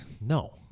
no